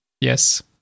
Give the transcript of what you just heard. yes